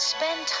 Spend